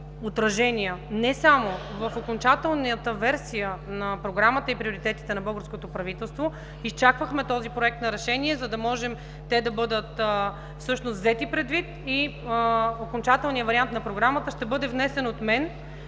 отражения не само в окончателната версия на Програмата и приоритетите на българското правителство. Изчаквахме този проект на решение, за да може те да бъдат взети предвид и окончателният вариант на Програмата ще бъде внесен от мен